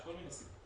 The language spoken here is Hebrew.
יש כל מיני סיבות.